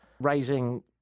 raising